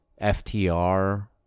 FTR